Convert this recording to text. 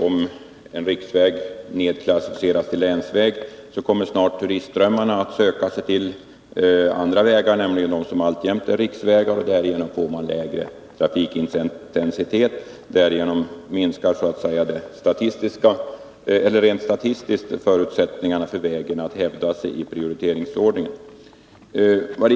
Om en riksväg nedklassificeras till länsväg riskerar man att turistströmmarna söker sig till andra vägar, till dem som alltjämt är riksvägar. Därigenom får man lägre trafikintensitet, och rent statistiskt minskar då förutsättningarna för vägen att hävda sig i prioriteringsordningen.